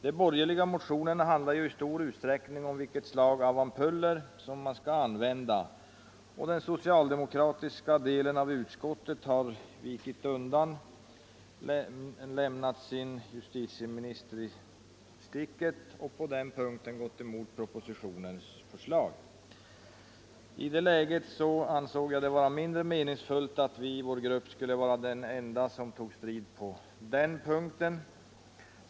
De borgerliga motionerna handlar ju i stor utsträckning om vilket slag av ampuller man skall använda, och den socialdemokratiska delen av utskottet har vikit undan, lämnat sin justitieminister i sticket och på den punkten gått emot propositionens förslag. I det läget ansåg jag det vara mindre meningsfullt att vi i vår grupp skulle vara de enda som tog strid på den här punkten.